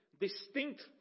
distinct